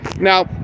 Now